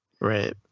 Right